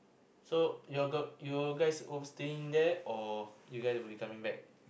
so your girl you guys ov~ staying there or you guys will be coming back